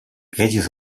кризис